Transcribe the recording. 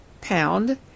pound